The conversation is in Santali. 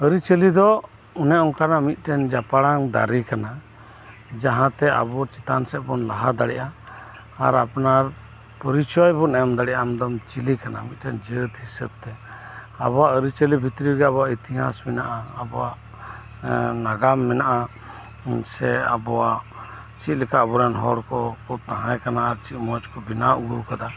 ᱟᱹᱨᱤ ᱪᱟᱹᱞᱤᱫᱚ ᱚᱱᱮ ᱚᱱᱠᱟᱱᱟᱜ ᱢᱤᱫᱴᱮᱱ ᱡᱟᱯᱟᱲᱟᱱ ᱫᱟᱨᱤᱠᱟᱱᱟ ᱡᱟᱦᱟᱸᱛᱮ ᱟᱵᱩ ᱪᱮᱛᱟᱱ ᱥᱮᱫᱵᱩ ᱞᱟᱦᱟ ᱫᱟᱲᱤᱜᱼᱟ ᱟᱨ ᱟᱯᱱᱟᱨ ᱯᱚᱨᱤᱪᱚᱭᱵᱩᱱ ᱮᱢᱫᱟᱲᱤᱜᱼᱟ ᱟᱢᱫᱚᱢ ᱪᱤᱠᱤᱠᱟᱱᱟ ᱢᱤᱫᱴᱮᱱ ᱡᱟᱹᱛᱦᱤᱥᱟᱹᱵ ᱛᱮ ᱟᱵᱩᱣᱟᱜ ᱟᱹᱨᱤᱪᱟᱹᱞᱤ ᱵᱷᱤᱛᱨᱤ ᱨᱮ ᱟᱵᱩᱣᱟᱜ ᱤᱛᱤᱦᱟᱸᱥ ᱢᱮᱱᱟᱜᱼᱟ ᱟᱵᱩᱣᱟᱜ ᱱᱟᱜᱟᱢ ᱢᱮᱱᱟᱜᱼᱟ ᱟᱵᱩᱣᱟᱜ ᱪᱮᱫᱞᱮᱠᱟ ᱟᱵᱩᱨᱮᱱ ᱦᱚᱲᱠᱩ ᱛᱟᱦᱮᱸ ᱠᱟᱱᱟ ᱟᱨ ᱪᱮᱫ ᱢᱚᱪᱠᱩ ᱵᱮᱱᱟᱣ ᱟᱹᱜᱩ ᱟᱠᱟᱫᱟ